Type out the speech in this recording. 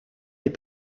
des